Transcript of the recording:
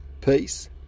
Peace